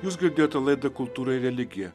jūs girdėjote laidą kultūra ir religija